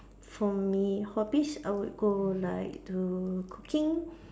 for me hobbies I would go like the cooking